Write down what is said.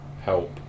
help